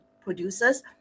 producers